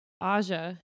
aja